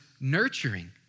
nurturing